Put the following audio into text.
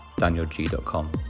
danielg.com